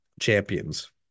champions